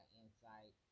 insight